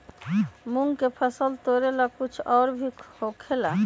मूंग के फसल तोरेला कुछ और भी होखेला?